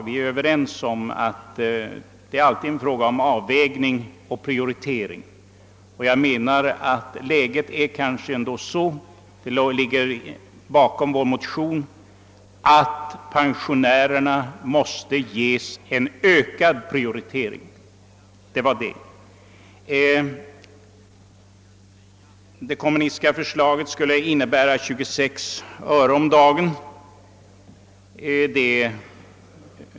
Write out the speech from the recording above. Givetvis blir det i sådana här sammanhang alltid fråga om avvägning och prioritering, men jag menar att läget är sådant — och på den åsikten grundar sig våra motioner — att pensionärerna måste ges ökad prioritet. Det kommunistiska förslaget skulle innebära en höjning av folkpensionen med 26 öre om dagen.